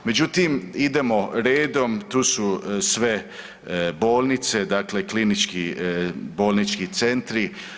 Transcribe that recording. Međutim, idemo redom, tu su sve bolnice dakle klinički bolnički centri.